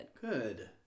good